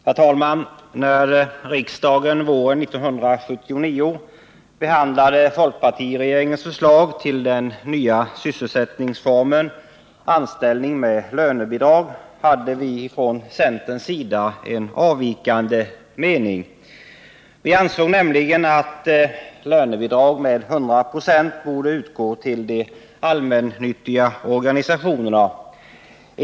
Herr talman! När riksdagen våren 1979 behandlade folkpartiregeringens förslag till den nya sysselsättningsformen anställning med lönebidrag hade vi inom centern en avvikande mening. Vi ansåg nämligen att lönebidrag med 100 20 borde utgå till de allmännyttiga organisationerna.